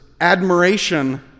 admiration